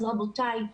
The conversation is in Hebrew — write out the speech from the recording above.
אז רבותיי,